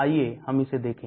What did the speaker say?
आइए हम इसे देखें